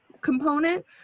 component